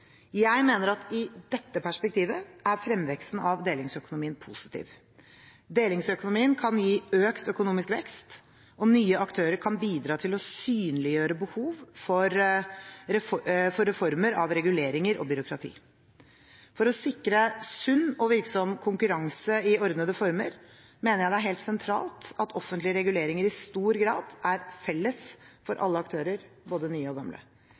Jeg mener at i dette perspektivet er fremveksten av delingsøkonomien positiv. Delingsøkonomien kan gi økt økonomisk vekst, og nye aktører kan bidra til å synliggjøre behov for reformer av reguleringer og byråkrati. For å sikre sunn og virksom konkurranse i ordnede former mener jeg det er helt sentralt at offentlige reguleringer i stor grad er felles for alle aktører, både nye og gamle.